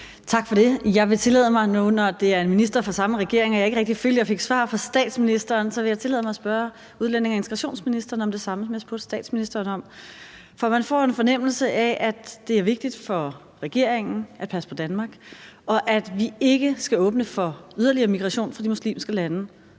Jeg følte ikke rigtig, jeg fik svar fra statsministeren, så når nu det er en minister fra samme regering, vil jeg tillade mig at spørge udlændinge- og integrationsministeren om det samme, som jeg spurgte statsministeren om. For man får en fornemmelse af, at det er vigtigt for regeringen at passe på Danmark, og at vi ikke skal åbne for yderligere migration fra de muslimske lande.